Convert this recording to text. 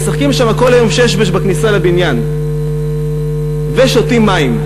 משחקים שמה כל היום שש-בש בכניסה לבניין ושותים מים.